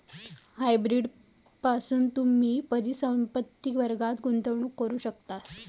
hybrid पासून तुम्ही परिसंपत्ति वर्गात गुंतवणूक करू शकतास